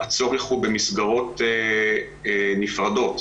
הצורך הוא במסגרות נפרדות,